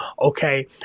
okay